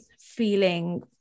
feeling